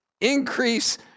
increase